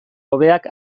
hobeak